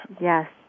Yes